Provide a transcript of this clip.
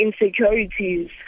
insecurities